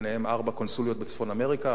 וביניהן ארבע קונסוליות בצפון-אמריקה,